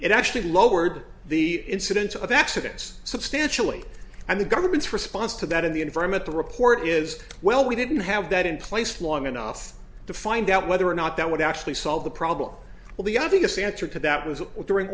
it actually lowered the incidence of accidents substantially and the government's response to that in the environment the report is well we didn't have that in place long enough to find out whether or not that would actually solve the problem well the obvious answer to that was during